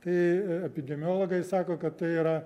tai epidemiologai sako kad tai yra